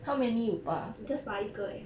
just 拔一个而已